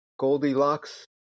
Goldilocks